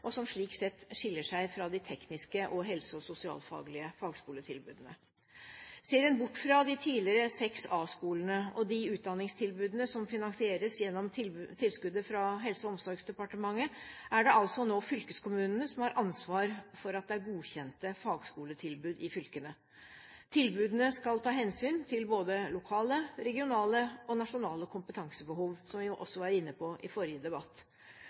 og som slik sett skiller seg fra de tekniske og helse- og sosialfaglige fagskoletilbudene. Ser en bort fra de tidligere 6A-skolene og de utdanningstilbudene som finansieres gjennom tilskuddet fra Helse- og omsorgsdepartementet, er det altså nå fylkeskommunene som har ansvar for at det er godkjente fagskoletilbud i fylkene. Tilbudene skal ta hensyn til både lokale, regionale og nasjonale kompetansebehov – som vi også var inne på i forrige debatt.